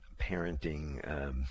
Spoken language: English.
parenting